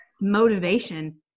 motivation